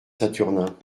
saturnin